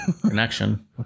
connection